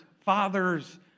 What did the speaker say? fathers